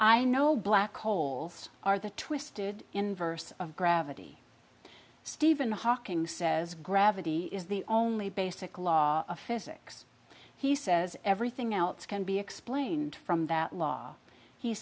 i know black holes are the twisted inverse of gravity stephen hawking says gravity is the only basic law of physics he says everything else can be explained from that law he